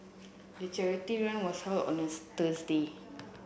the charity run was held on a Tuesday